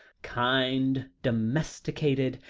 kind, domesticated,